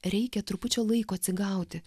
reikia trupučio laiko atsigauti